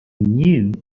knew